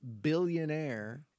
billionaire